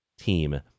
team